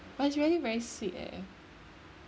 but it's really very sick eh